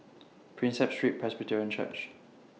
Prinsep Street Presbyterian Church